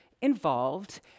involved